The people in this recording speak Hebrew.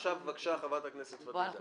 עכשיו בבקשה, חברת הכנסת פדידה.